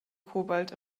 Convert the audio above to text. cobalt